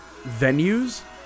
venues